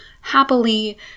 happily